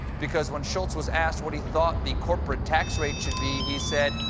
because when schultz was asked what he thought the corporate tax rate should be, he said,